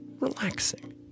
relaxing